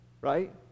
right